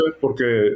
porque